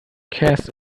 casts